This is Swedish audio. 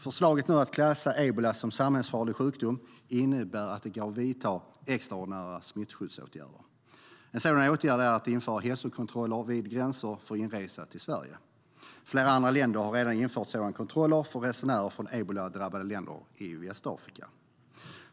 Förslaget att nu klassa ebola som en samhällsfarlig sjukdom innebär att det går att vidta extraordinära smittskyddsåtgärder. En sådan åtgärd är att införa hälsokontroller vid gränsen för inresa till Sverige. Flera andra länder har redan infört sådana kontroller för resenärer från eboladrabbade länder i Västafrika.